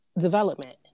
development